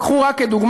קחו רק כדוגמה,